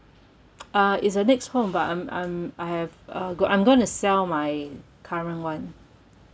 uh it's a next home but I'm I'm I have uh go~ I'm going to sell my current one